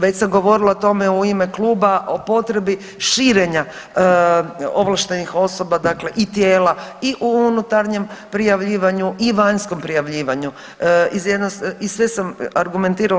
Već sam govorila o tome u ime kluba o potrebi širenja ovlaštenih osoba, dakle i tijela i unutarnjem prijavljivanju i vanjskom prijavljivanju i sve sam argumentirala.